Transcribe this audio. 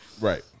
Right